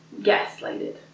gaslighted